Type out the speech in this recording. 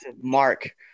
mark